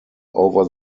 over